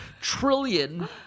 trillion